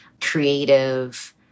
creative